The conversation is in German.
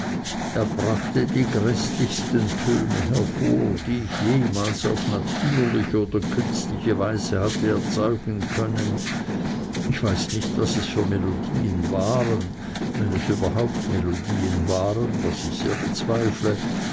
er brachte die gräßlichsten töne hervor die ich jemals auf natürliche oder künstliche weise hatte erzeugen hören ich weiß nicht was es für melodien waren wenn es überhaupt melodien waren was ich sehr bezweifle